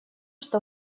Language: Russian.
что